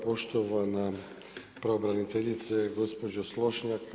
Poštovana pravobraniteljice gospođo Slonjšak.